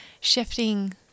shifting